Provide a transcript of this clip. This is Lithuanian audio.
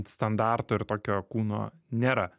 standarto ir tokio kūno nėra